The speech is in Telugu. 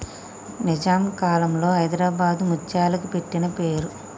నిజాం కాలంలో హైదరాబాద్ ముత్యాలకి పెట్టిన పేరు